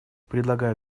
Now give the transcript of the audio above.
предлагаю